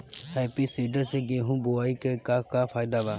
Happy seeder से गेहूं बोआई के का फायदा बा?